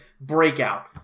breakout